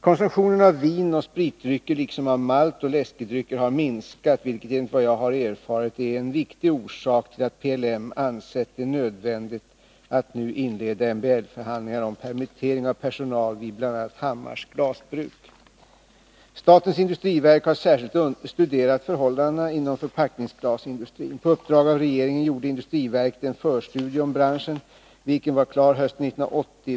Konsumtionen av vinoch spritdrycker liksom av maltoch läskedrycker har minskat, vilket enligt vad jag har erfarit är en viktig orsak till att PLM ansett det nödvändigt att nu inleda MBL-förhandlingar om permittering av personal vid bl.a. Hammars glasbruk. Statens industriverk har särskilt studerat förhållandena inom förpackningsglasindustrin. På uppdrag av regeringen gjorde industriverket en förstudie om branschen, vilken var klar hösten 1980.